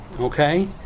okay